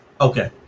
Okay